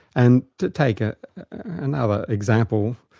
and to take ah another example,